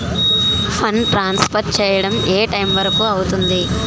Fund transfer చేయడం ఏ time వరుకు అవుతుంది?